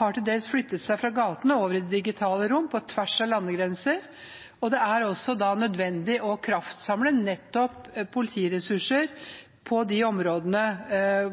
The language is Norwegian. har til dels flyttet seg fra gatene og over til de digitale rommene, på tvers av landegrenser, og det er da nødvendig å kraftsamle politiressurser til de områdene